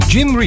Jim